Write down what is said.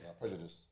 Prejudice